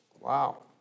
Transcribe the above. Wow